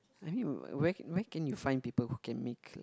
I mean where where can you find people who can make